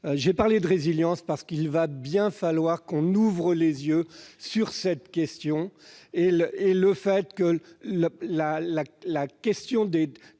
J'ai parlé de résilience, parce qu'il va bien falloir qu'on ouvre les yeux sur cette question. Il ne doit pas y avoir d'excès